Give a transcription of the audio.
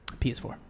PS4